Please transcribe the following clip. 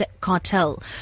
Cartel